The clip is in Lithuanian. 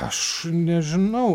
aš nežinau